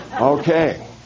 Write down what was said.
okay